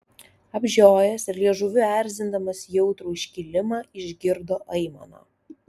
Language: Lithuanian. apžiojęs ir liežuviu erzindamas jautrų iškilimą išgirdo aimaną